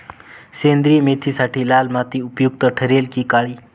सेंद्रिय मेथीसाठी लाल माती उपयुक्त ठरेल कि काळी?